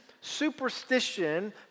superstition